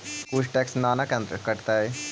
कुछ टैक्स ना न कटतइ?